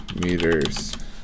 meters